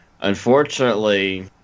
unfortunately